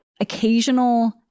occasional